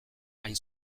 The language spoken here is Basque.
hain